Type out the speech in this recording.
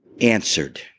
answered